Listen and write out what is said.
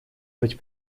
быть